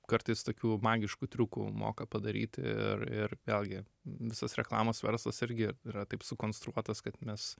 kartais tokių magiškų triukų moka padaryti ir ir vėlgi visas reklamos verslas irgi yra taip sukonstruotas kad mes